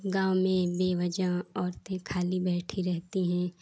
गाँव में बेवजह औरतें खाली बैठी रहती है